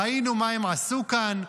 ראינו מה הם עשו כאן,